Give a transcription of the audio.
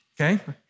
Okay